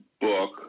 book